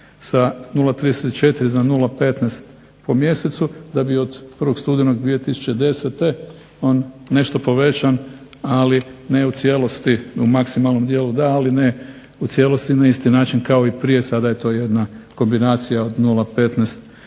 sa 0,34 za 0,15 po mjesecu da bi od 1. studenog 2010. on bio nešto povećan ali ne u cijelosti, u maksimalnom dijelu da ali ne u cijelosti na isti način kao i prije. Sada je to jedna kombinacija od 0,15